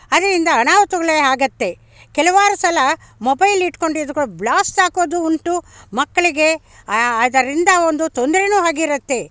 ಅದ್ರಿಂದ ಅನಾಹುತಗಳೇ ಆಗುತ್ತೆ ಕೆಲವಾರು ಸಲ ಮೊಬೈಲ್ ಇಟ್ಕೊಂಡಿದ್ದು ಕೂಡ ಬ್ಲಾಸ್ಟ್ ಆಗೋದು ಉಂಟು ಮಕ್ಳಿಗೆ ಅದರಿಂದ ಒಂದು ತೊಂದ್ರೆಯೂ ಆಗಿರುತ್ತೆ